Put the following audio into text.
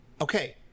Okay